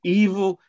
evil